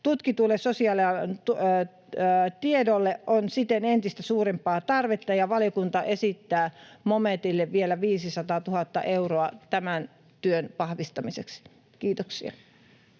Tutkitulle sosiaalialan tiedolle on siten entistä suurempaa tarvetta, ja valiokunta esittää momentille vielä 500 000 euroa tämän työn vahvistamiseksi. — Kiitoksia.